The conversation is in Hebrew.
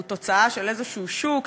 והוא תוצאה של איזשהו שוק,